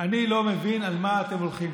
אני לא מבין על מה אתם הולכים.